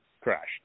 crashed